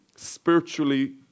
Spiritually